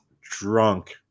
drunk